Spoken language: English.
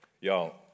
Y'all